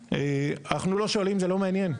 אנחנו לא שואלים, זה לא מעניין.